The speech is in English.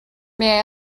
may